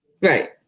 Right